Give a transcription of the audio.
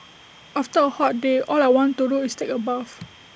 after A hot day all I want to do is take A bath